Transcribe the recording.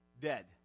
dead